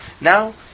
Now